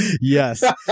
Yes